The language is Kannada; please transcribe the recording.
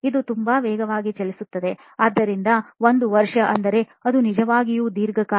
ಇದು ತುಂಬಾ ವೇಗವಾಗಿ ಚಲಿಸುತ್ತದೆ ಆದ್ದರಿಂದ ಒಂದು ವರ್ಷ ಅಂದರೆ ಅದು ನಿಜವಾಗಿಯೂ ದೀರ್ಘ ಕಾಲ ಮತ್ತು 33 ವರ್ಷದವರೆಗೆ ಚಲಿಸುತ್ತದೆ